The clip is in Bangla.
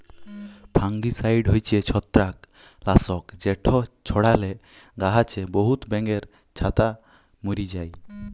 ফাঙ্গিসাইড হছে ছত্রাক লাসক যেট ছড়ালে গাহাছে বহুত ব্যাঙের ছাতা ম্যরে যায়